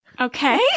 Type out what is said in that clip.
Okay